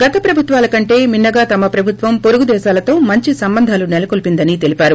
గత ప్రభుత్వాల కంటే మిన్నగా తమ ప్రభుత్వం వొరుగు దేశాలతో మంచి సంబంధాలు నెలకొల్సిందన్ తెలిపారు